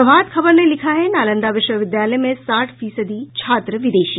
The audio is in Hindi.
प्रभात खबर ने लिखा है नालंदा विश्वविद्यालय में साठ फीसदी छात्र विदेशी